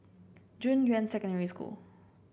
Junyuan Secondary School